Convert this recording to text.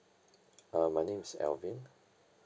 uh my name is alvin